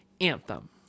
anthem